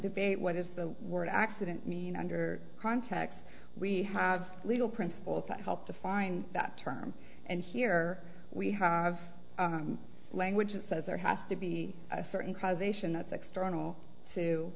debate what is the word accident mean under context we have legal principles that help define that term and here we have language that says there has to be a certain causation that's external to